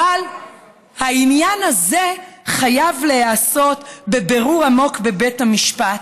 אבל העניין הזה חייב להיעשות בבירור עמוק בבית המשפט,